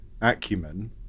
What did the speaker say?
acumen